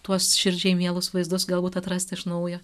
tuos širdžiai mielus vaizdus galbūt atrasti iš naujo